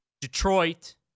Detroit